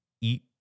eat